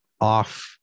off